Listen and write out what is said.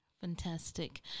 Fantastic